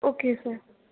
okay sir